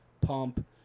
pump